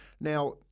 Now